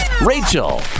Rachel